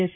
S